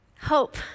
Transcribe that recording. Hope